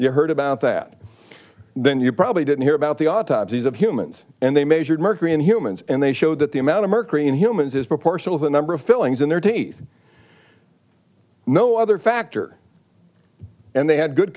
you heard about that then you probably didn't hear about the autopsies of humans and they measured mercury in humans and they showed that the amount of mercury in humans is proportional to the number of fillings in their teeth no other factor and they had good